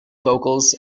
vocals